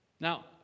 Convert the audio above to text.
Now